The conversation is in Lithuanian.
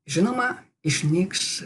žinoma išnyks